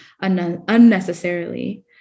unnecessarily